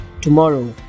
Tomorrow